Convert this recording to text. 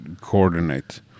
coordinate